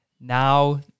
now